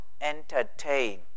entertain